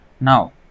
Now